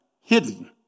hidden